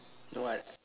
no [what]